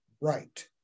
right